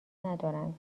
ندارند